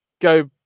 go